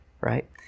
right